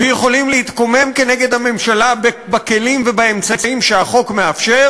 ויכולים להתקומם נגד הממשלה בכלים ובאמצעים שהחוק מאפשר: